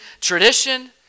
tradition